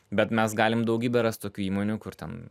bet mes galim daugybę rast tokių įmonių kur ten